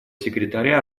секретаря